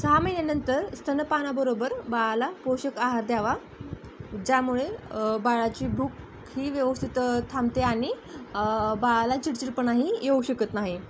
सहा महिन्यानंतर स्तनपानाबरोबर बाळाला पोषक आहार द्यावा ज्यामुळे बाळाची भूक ही व्यवस्थितं थांबते आणि बाळाला चिडचिडपणाही येऊ शकत नाही